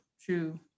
true